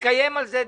יתקיים על זה דיון.